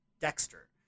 Dexter